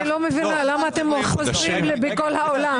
אני לא מבינה למה אתם חוזרים לכל העולם?